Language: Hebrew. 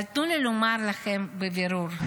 אבל תנו לי לומר לכם בבירור,